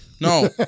No